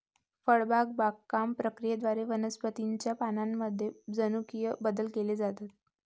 फळबाग बागकाम प्रक्रियेद्वारे वनस्पतीं च्या वाणांमध्ये जनुकीय बदल केले जातात